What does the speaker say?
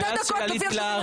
מאז שעליתי לארץ.